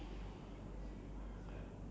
okay then that's one difference